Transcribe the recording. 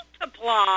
multiply